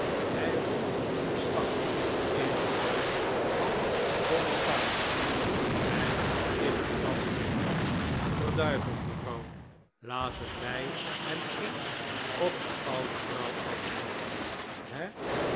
hij roeit slag in de boot van boniface hij is een knappe jongen verd mevrouw laten wij hem eens op de oude vrouw afsturen he